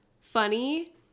funny